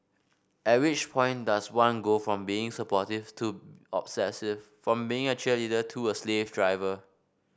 at which point does one go from being supportive to obsessive from being a cheerleader to a slave driver